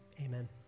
Amen